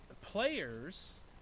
players